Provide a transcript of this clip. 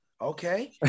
okay